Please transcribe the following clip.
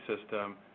system